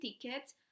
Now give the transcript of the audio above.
tickets